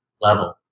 level